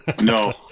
no